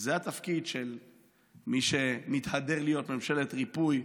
זה התפקיד של מי שמתהדר בהיותו ממשלת ריפוי,